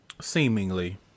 Seemingly